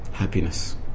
happiness